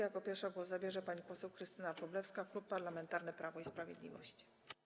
Jako pierwsza głos zabierze pani poseł Krystyna Wróblewska, Klub Parlamentarny Prawo i Sprawiedliwość.